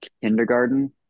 kindergarten